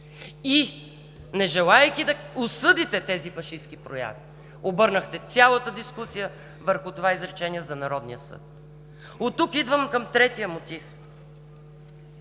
Не желаейки да осъдите тези фашистки прояви, обърнахте цялата дискусия върху това изречение за Народния съд. Оттук идвам към третия мотив.